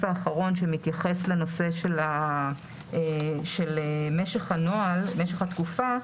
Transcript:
האחרון שמתייחס לנושא של משך התקופה,